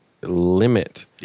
limit